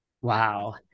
Wow